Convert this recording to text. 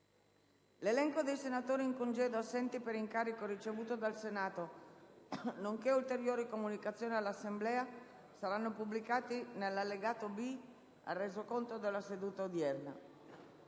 L'elenco dei senatori in congedo e assenti per incarico ricevuto dal Senato, nonché ulteriori comunicazioni all'Assemblea saranno pubblicati nell'allegato B al Resoconto della seduta odierna.